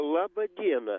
laba diena